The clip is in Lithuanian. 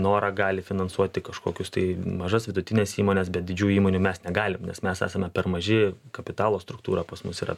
norą gali finansuoti kažkokius tai mažas vidutines įmones bet didžių įmonių mes negalim nes mes esame per maži kapitalo struktūra pas mus yra